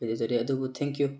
ꯂꯩꯖꯔꯦ ꯑꯗꯨꯕꯨ thank U